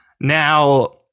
Now